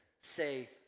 say